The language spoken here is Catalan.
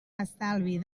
estalvi